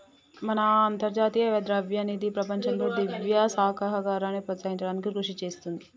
మన అంతర్జాతీయ ద్రవ్యనిధి ప్రపంచంలో దివ్య సహకారాన్ని ప్రోత్సహించడానికి కృషి చేస్తుంది